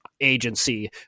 agency